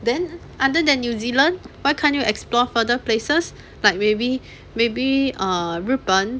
then other than new zealand why can't you explore further places like maybe maybe err 日本